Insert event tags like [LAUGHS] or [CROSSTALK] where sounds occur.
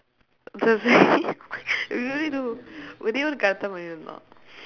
[LAUGHS] we already do ஒரே ஒரு:oree oru card தான் வெளியே வரனும்:thaan veliyee varanum